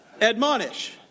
admonish